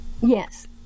Yes